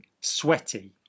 Sweaty